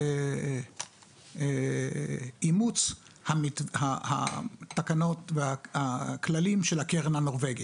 אימוץ התקנות והכללים של הקרן הנורבגית.